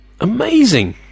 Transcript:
amazing